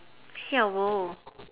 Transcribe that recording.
siao bo